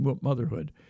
motherhood